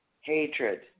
hatred